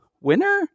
winner